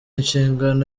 inshingano